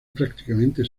prácticamente